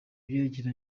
byerekeye